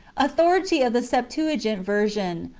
authority of the septuagint version.